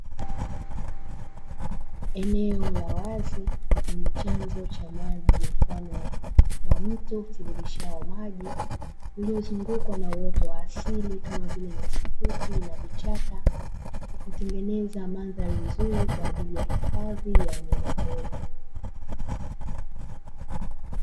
Eneo la wazi lenye chanzo cha maji mfano wa mto utiririshao maji, uliozungukwa na uoto wa asili kama vile nyasi fupi na vichaka, ikitengeneza mandhari nzuri kwa ajili ya hifadhi ya wanyamapori.